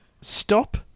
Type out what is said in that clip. stop